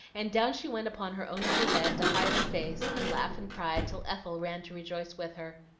and down she went upon her own little bed to hide her face and laugh and cry till ethel ran to rejoice with her.